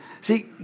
See